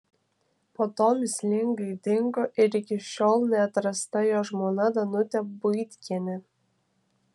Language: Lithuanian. po to mįslingai dingo ir iki šiol neatrasta jo žmona danutė buitkienė